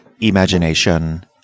Imagination